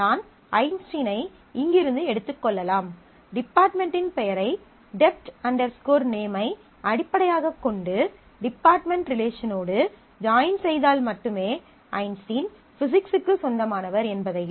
நான் ஐன்ஸ்டீனை இங்கிருந்து எடுத்து கொள்ளலாம் டிபார்ட்மென்டின் பெயரை டெப்ட் நேம் dept name ஐ அடிப்படையாகக் கொண்டு டிபார்ட்மென்ட் ரிலேசனோடு ஜாயின் செய்தால் மட்டுமே ஐன்ஸ்டீன் பிஸிக்ஸ்க்கு சொந்தமானவர் என்பதையும்